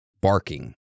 barking